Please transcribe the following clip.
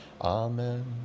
Amen